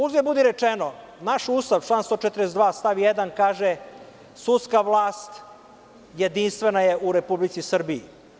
Uzgred budi rečeno, naš Ustav, član 142. stav 1. kaže – sudska vlast jedinstvena je u Republici Srbiji.